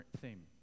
theme